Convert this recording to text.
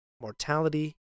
mortality